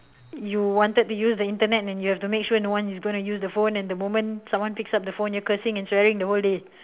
you wanted to use the internet and you have to make sure no one is going to use the phone and the moment someone picks up the phone you cursing and swearing the whole day